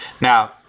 Now